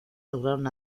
lograron